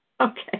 Okay